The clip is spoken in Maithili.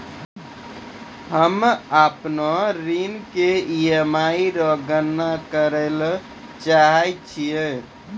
हम्म अपनो ऋण के ई.एम.आई रो गणना करैलै चाहै छियै